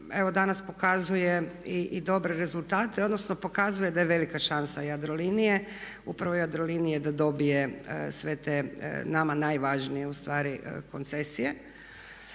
evo danas pokazuje i dobre rezultate, odnosno pokazuje da je velika šansa Jadrolinije, upravo Jadrolinije da dobije sve te nama najvažnije ustvari koncesije.